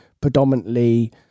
predominantly